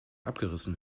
abgerissen